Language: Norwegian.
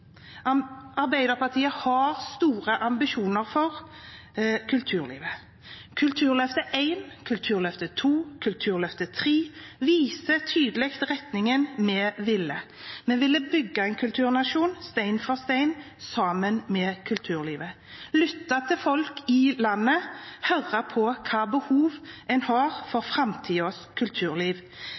Arbeiderpartiet har store ambisjoner for kulturlivet. Kulturløftet I, Kulturløftet II og Kulturløftet III viser tydelig retningen vi ville i. Vi ville bygge en kulturnasjon, stein for stein, sammen med kulturlivet, vi ville lytte til folk i landet og høre om hvilke behov de har for framtidens kulturliv.